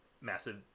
massive